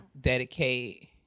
dedicate